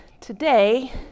today